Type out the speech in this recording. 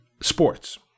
sports